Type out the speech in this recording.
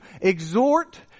exhort